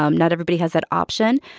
um not everybody has that option.